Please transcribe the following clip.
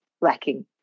lacking